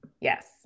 Yes